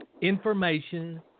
information